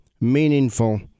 meaningful